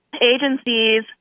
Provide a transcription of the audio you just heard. agencies